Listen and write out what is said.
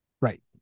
Right